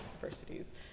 universities